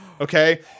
Okay